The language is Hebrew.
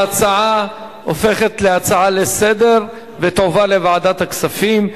ההצעה הופכת להצעה לסדר-היום ותועבר לוועדת הכספים.